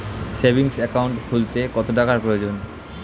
Savings account খুলতে কত টাকার প্রয়োজন?